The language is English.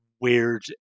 weird